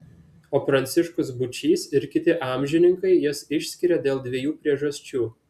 o pranciškus būčys ir kiti amžininkai jas išskiria dėl dviejų priežasčių